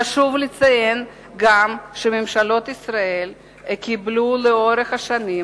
חשוב לציין גם שממשלות ישראל קיבלו לאורך השנים,